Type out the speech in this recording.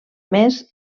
més